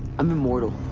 i'm immortal.